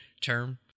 term